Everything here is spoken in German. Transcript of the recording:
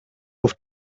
auf